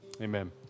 Amen